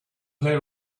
played